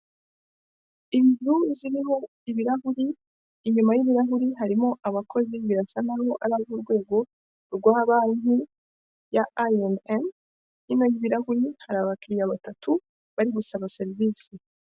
Inzu ziriho ibirahuri, inyuma y'ibirahuri harimo abakozi basa naho ari abakozi b'urwego rwa banki ya aye enemu, hino y'ibirahuri hari abakiyiriya batatu bari gusaba serivisi.